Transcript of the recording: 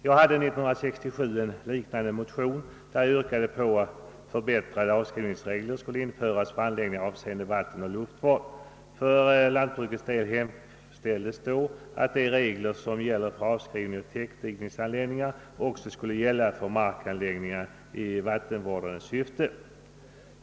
Jag hade 1967 väckt en liknande motion, där jag yrkade på att förbättrade avskrivningsregler skulle införas för anläggningar avseende vattenoch luftvård. För lantbrukets del hemställdes då att de regler, som gäller avskrivning för täckdikningsanläggningar, också skulle gälla för markanläggningar i vattenvårdande syfte.